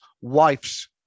Wife's